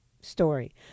story